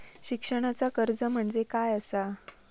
शिक्षणाचा कर्ज म्हणजे काय असा?